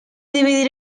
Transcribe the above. dividir